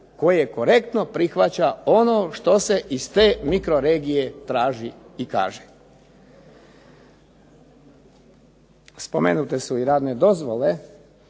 koje korektno prihvaća ono što se iz te mikroregije traži i kaže. Spomenute su i radne dozvole